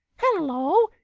hello!